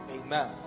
Amen